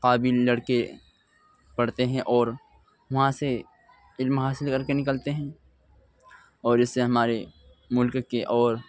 قابل لڑکے پڑھتے ہیں اور وہاں سے علم حاصل کرکے نکلتے ہیں اور اس سے ہمارے ملک کے اور